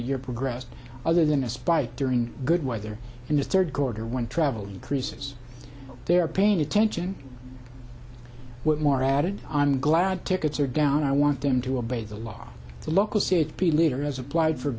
year progressed other than a spike during good weather in the third quarter when travel increases they're paying attention more added i'm glad tickets are down i want them to obey the law the local c h p leader has applied for